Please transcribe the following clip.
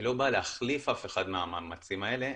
היא לא באה להחליף אף אחד מהמאמצים האלה,